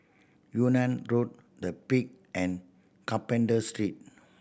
Yunnan Road The Peak and Carpenter Street